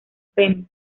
premio